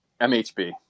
MHB